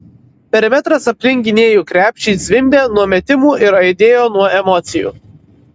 perimetras aplink gynėjų krepšį zvimbė nuo metimų ir aidėjo nuo emocijų